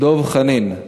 דב חנין.